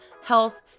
health